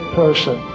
person